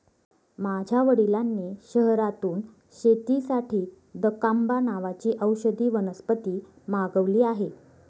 माझ्या वडिलांनी शहरातून शेतीसाठी दकांबा नावाची औषधी वनस्पती मागवली आहे